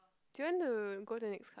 do you want to go to next card